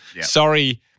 Sorry